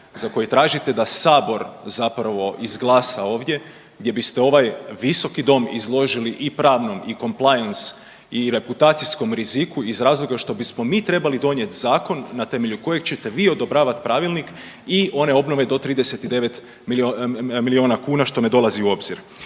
za koji tražite da Sabor zapravo izglasa ovdje gdje biste ovaj Visoki dom izložili i pravnom i complience i reputacijskom riziku iz razloga što bismo mi trebali donijeti zakon na temelju kojeg ćete vi odobravati Pravilnik i one obnove do 39 milijuna kuna, što ne dolazi u obzir.